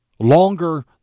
Longer